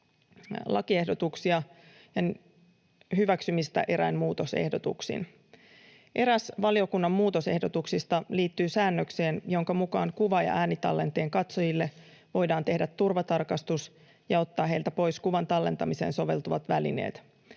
lakiehdotusten hyväksymistä eräin muutosehdotuksin. Eräs valiokunnan muutosehdotuksista liittyy säännökseen, jonka mukaan kuva‑ ja äänitallenteen katsojille voidaan tehdä turvatarkastus ja ottaa heiltä pois kuvan tallentamiseen soveltuvat välineet,